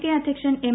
K അധ്യക്ഷൻ M